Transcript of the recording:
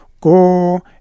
go